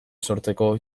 sortzeko